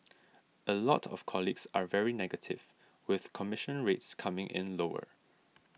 a lot of colleagues are very negative with commission rates coming in lower